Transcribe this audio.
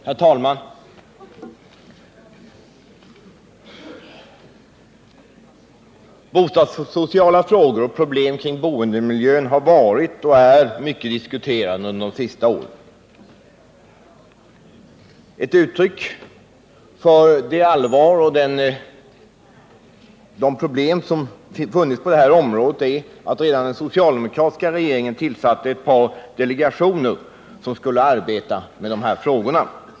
Herr talman! Bostadssociala frågor och problem kring boendemiljön har varit mycket diskuterade under de senaste åren. Ett uttryck för det allvar och för de problem som funnits på detta område är att redan den socialdemokratiska regeringen tillsatte ett par delegationer, som skulle arbeta med dessa frågor.